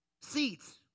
Seats